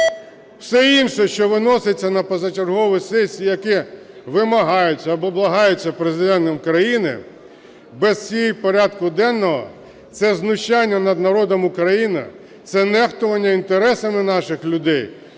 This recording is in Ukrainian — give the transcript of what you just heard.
Все інше, що виноситься на позачергові сесії, як і вимагається або благається Президентом країни, без цього порядку денного – це знущання над народом України, це нехтування інтересами наших людей